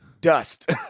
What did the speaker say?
dust